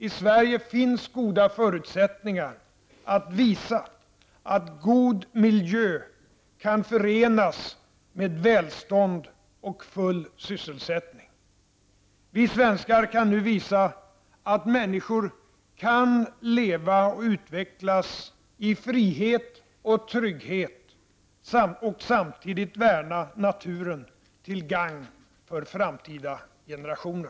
I Sverige finns goda förutsättningar att visa att god miljö kan förenas med välstånd och full sysselsättning. Vi svenskar kan nu visa att människor kan leva och utvecklas i frihet och trygghet och samtidigt värna naturen till gagn för framtida generationer.